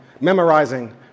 memorizing